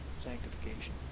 sanctification